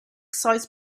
sized